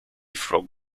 frog